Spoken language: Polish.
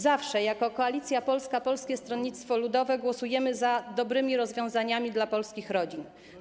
Zawsze jako Koalicja Polska - Polskie Stronnictwo Ludowe głosujemy za dobrymi rozwiązaniami dla polskich rodzin.